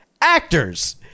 Actors